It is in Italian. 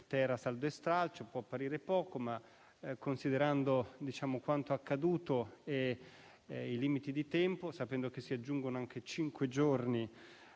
ter, saldo e stralcio; può apparire poco, ma - considerando quanto accaduto e i limiti di tempo e sapendo che si aggiungono anche cinque giorni